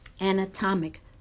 anatomic